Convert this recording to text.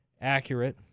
accurate